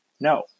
No